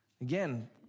Again